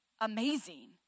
amazing